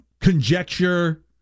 conjecture